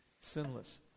sinless